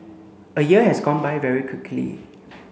a year has gone by very quickly